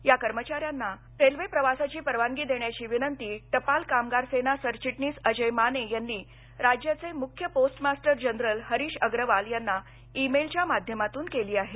या कर्मचाऱ्यांना रेल्वे प्रवासाची परवानगी देण्याची विनंती टपाल कामगार सेना सरचिटणीस अजय माने यांनी राज्याचे मुख्य postmaster general Harish Agarwal यांना ई मेल च्या माध्यमातून केली आहे